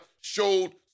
showed